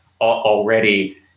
already